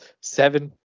seven